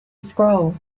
scroll